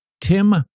Tim